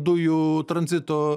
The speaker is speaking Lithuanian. dujų tranzito